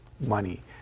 money